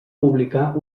publicar